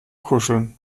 kuscheln